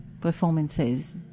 Performances